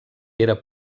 era